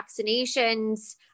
vaccinations